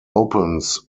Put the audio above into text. opens